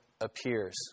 appears